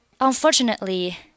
unfortunately